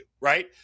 right